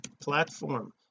platform